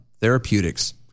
Therapeutics